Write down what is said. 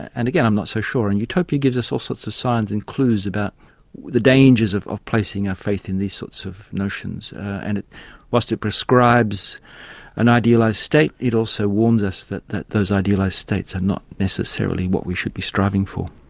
and again, i'm not so sure. and utopia gives us all sorts of science and clues about the dangers dangers of placing our faith in these sorts of notions. and whilst it prescribes an idealised state, it also warns us that that those idealised states are not necessarily what we should be striving for.